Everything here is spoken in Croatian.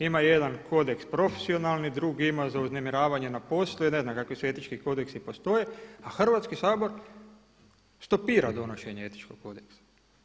Ima jedan kodeks profesionalni, drugi ima za uznemiravanje na poslu i ne znam kakvi sve etički kodeksi postoje a Hrvatski sabor stopira donošenje etičkog kodeksa.